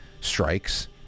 strikes